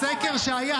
בערוץ צפון קוריאה.